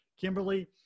Kimberly